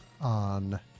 on